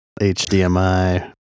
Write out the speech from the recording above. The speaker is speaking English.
HDMI